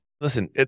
Listen